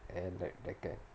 and like that